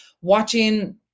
watching